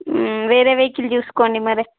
వేరే వెహికల్ చూసుకోండి మరి